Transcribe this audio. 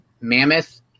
Mammoth